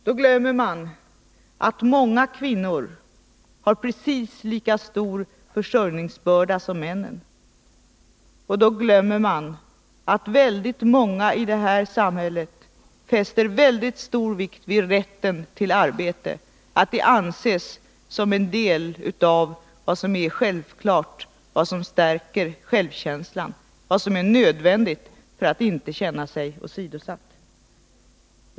Då glömmer man att många kvinnor har precis lika stor försörjningsbörda som männen. Och då glömmer man att Nr 30 väldigt många i detta samhälle fäster mycket stor vikt vid rätten till arbete — Torsdagen den den anses som en del av vad som är självklart, av vad som stärker självkänslan 20 november 1980 och är nödvändigt för att man inte skall känna sig åsidosatt.